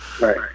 Right